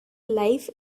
live